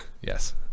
Yes